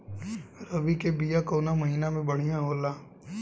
रबी के बिया कवना महीना मे बढ़ियां होला?